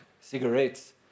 cigarettes